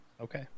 Okay